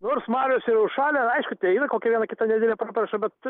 nors marios yra užšalę aišku te yra kokia viena kita nedidelė properša bet